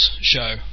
show